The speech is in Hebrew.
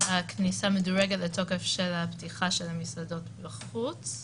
כניסה מדורגת לתוקף של הפתיחה של המסעדות בחוץ,